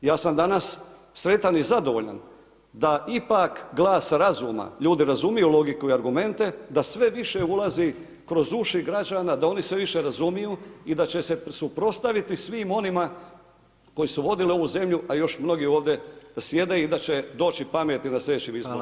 Ja sam danas sretan i zadovoljan da ipak glas razuma, ljudi razumiju logiku i argumente, da sve više ulazi kroz uši građana, da oni sve više razumiju i da će se suprotstaviti svim onima koji su vodili ovu zemlju a još mnogi ovdje sjede i da će doći pameti na slijedećim izborima.